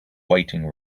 waiting